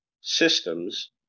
systems